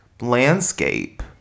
landscape